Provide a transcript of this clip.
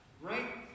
right